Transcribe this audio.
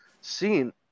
seen